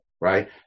right